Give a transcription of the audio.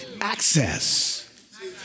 access